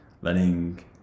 letting